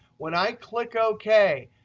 when i click ok,